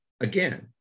again